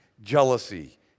jealousy